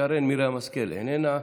שרן מרים השכל, איננה,